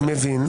אני מבין.